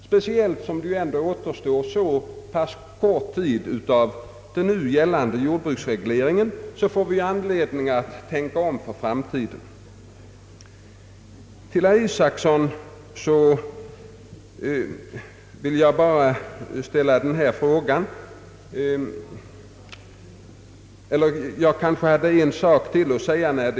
Speciellt som det nu återstår så pass kort tid av den nu gällande jordbruksregleringen, får vi ju anledning att tänka om för framtiden om så skulle behövas.